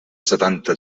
setanta